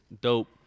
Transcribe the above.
dope